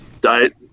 diet